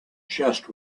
chest